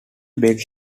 begs